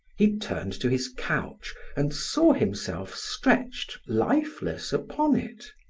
he turned to his couch and saw himself stretched lifeless upon it.